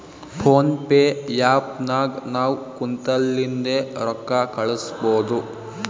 phone pay app ನಾಗ್ ನಾವ್ ಕುಂತಲ್ಲಿಂದೆ ರೊಕ್ಕಾ ಕಳುಸ್ಬೋದು